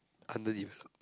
under developed